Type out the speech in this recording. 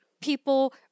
people